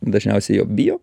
dažniausiai jo bijo